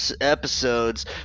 episodes